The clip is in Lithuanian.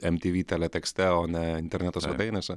emtyvy teletekste o ne interneto svetainėse